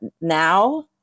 now